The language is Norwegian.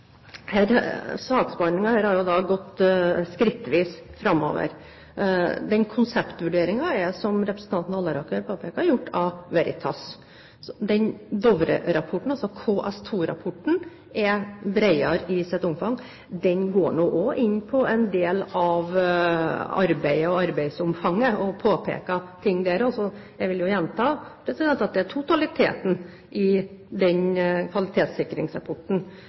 her har gått skrittvis framover. Den konseptvurderingen, er som representanten Halleraker påpeker, gjort av Veritas. Dovre-rapporten, altså KS2-rapporten, er bredere i sitt omfang. Den går også inn på en del av arbeidet og arbeidsomfanget og påpeker ting der. Jeg vil gjenta at det handler om totaliteten i den kvalitetssikringsrapporten.